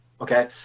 Okay